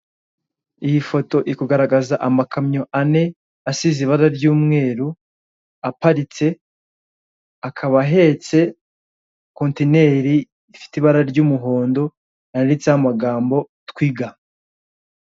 Iyi foto iri kugaragaza amakamyo ane, asize ibara ry'umweru, aparitse, akaba ahetse kontineri ifite ibara ry'umuhondo, yanditseho amagambo "Twiga".